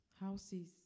houses